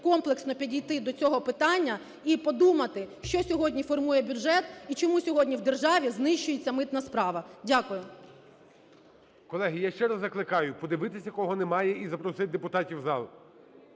комплексно підійти до цього питання і подумати, що сьогодні формує бюджет і чому сьогодні в державі знищується митна справа. Дякую. ГОЛОВУЮЧИЙ. Колеги, я ще раз закликаю подивитися, кого немає і запросити депутатів в зал.